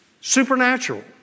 Supernatural